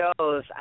shows